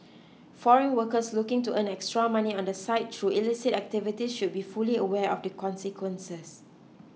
foreign workers looking to earn extra money on the side through illicit activities should be fully aware of the consequences